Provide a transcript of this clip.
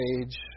age